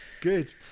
good